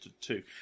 two